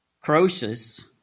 Croesus